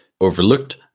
overlooked